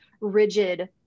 rigid